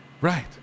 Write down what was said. Right